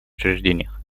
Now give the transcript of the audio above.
учреждениях